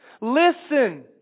Listen